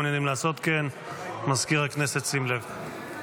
מזכיר הכנסת, שים לב.